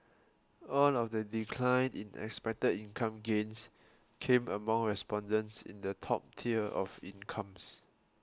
all of the decline in expected income gains came among respondents in the top tier of incomes